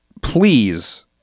Please